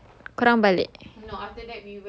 then after that kau orang balik